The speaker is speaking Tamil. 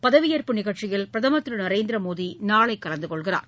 பதவியேற்பு நிகழ்ச்சியில் பிரதமர் திரு நரேந்திர மோடி நாளை கலந்து கொள்கிறார்